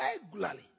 Regularly